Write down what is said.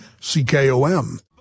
CKOM